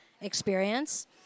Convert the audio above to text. experience